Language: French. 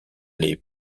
les